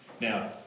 Now